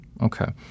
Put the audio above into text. Okay